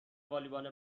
والیبال